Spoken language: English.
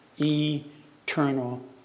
eternal